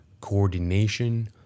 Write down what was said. coordination